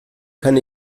kann